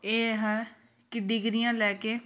ਇਹ ਹੈ ਕਿ ਡਿਗਰੀਆਂ ਲੈ ਕੇ